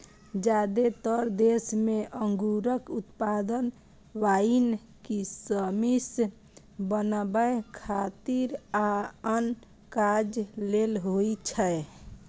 जादेतर देश मे अंगूरक उत्पादन वाइन, किशमिश बनबै खातिर आ आन काज लेल होइ छै